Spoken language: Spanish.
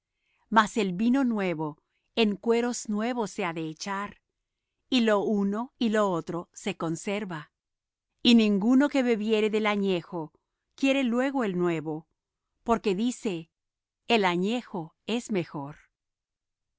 mas el vino nuevo en cueros nuevos se ha de echar y lo uno y lo otro se conserva y ninguno que bebiere del añejo quiere luego el nuevo porque dice el añejo es mejor